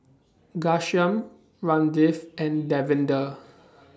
Ghanshyam Ramdev and Davinder